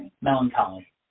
melancholy